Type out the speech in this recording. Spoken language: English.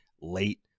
late